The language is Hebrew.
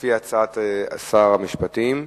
לפי הצעת שר המשפטים.